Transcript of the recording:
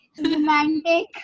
romantic